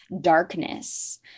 darkness